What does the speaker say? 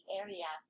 area